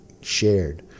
shared